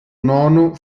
nono